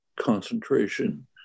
concentration